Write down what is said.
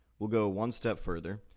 we'll go one step further,